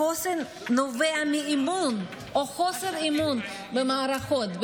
החוסן נובע מאמון או חוסר אמון במערכות,